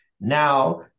Now